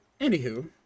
Anywho